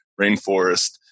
rainforest